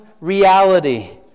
reality